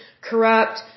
corrupt